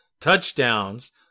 touchdowns